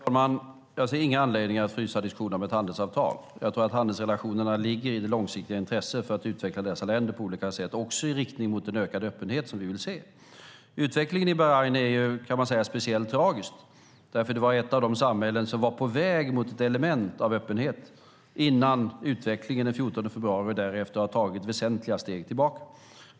Fru talman! Jag ser ingen anledning att frysa diskussionen om ett handelsavtal. Jag tror att handelsrelationerna ligger i det långsiktiga intresset för att utveckla dessa länder på olika sätt, också i riktning mot den ökade öppenhet vi vill se. Utvecklingen i Bahrain är speciellt tragisk. Det var ett av de samhällen som var på väg mot ett element av öppenhet innan utvecklingen den 14 februari och därefter tog väsentliga steg tillbaka.